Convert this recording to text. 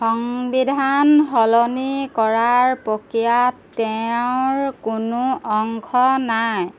সংবিধান সলনি কৰাৰ প্ৰক্ৰিয়াত তেওঁৰ কোনো অংশ নাই